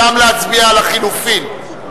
גם להצביע על החלופין?